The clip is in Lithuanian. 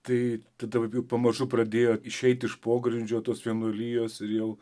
tai tada jau pamažu pradėjo išeit iš pogrindžio tos vienuolijos ir jau